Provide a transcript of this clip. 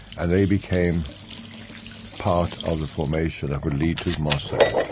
and they became part of the formation that would lead to mossad,